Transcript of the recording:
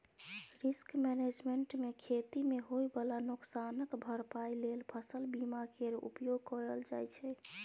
risk management मे खेती मे होइ बला नोकसानक भरपाइ लेल फसल बीमा केर उपयोग कएल जाइ छै